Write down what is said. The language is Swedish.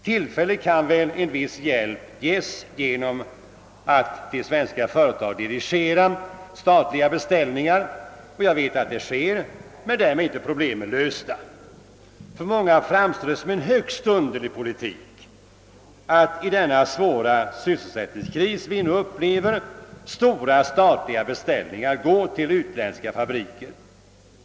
Tillfälligt kan väl en viss hjälp ges genom att man till svenska företag dirigerar statliga beställningar, och jag vet att så sker nu, men därmed är problemen inte lösta. För många framstår det som en högst underlig politik att stora statliga beställningar går till utländska fabriker under den svåra sysselsättningskris vi nu upplever.